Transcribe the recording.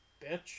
bitch